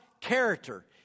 character